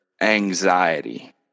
anxiety